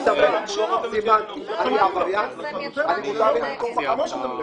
סימנתי אז עכשיו אני לא עבריין?